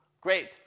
Great